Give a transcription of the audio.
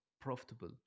profitable